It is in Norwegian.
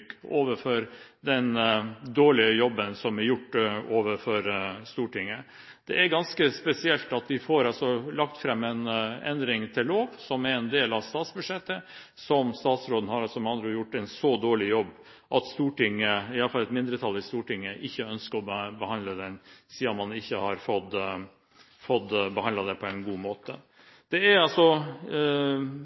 den dårlige jobben som er gjort overfor Stortinget? Det er ganske spesielt at vi får lagt fram en endring til lov som er en del av statsbudsjettet. Statsråden har altså med andre ord gjort en så dårlig jobb at Stortinget – i hvert fall et mindretall i Stortinget – ikke ønsker å behandle den, siden man ikke har fått behandlet den på en god måte. Det er